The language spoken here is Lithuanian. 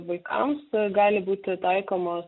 vaikams gali būti taikomos